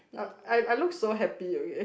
I I look so happy okay